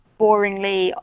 boringly